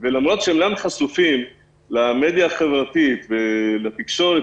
ולמרות שהם אינם חשופים למדיה החברתית ולתקשורת